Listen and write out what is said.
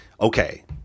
okay